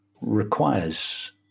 requires